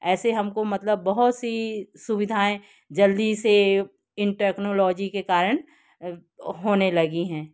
ऐसे हमको मतलब बहुत सी सुविधाएँ जल्दी से इन टेक्नोलॉजी के कारण होने लगी हैं